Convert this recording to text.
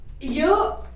Yo